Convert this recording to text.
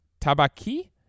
Tabaki